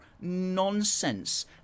nonsense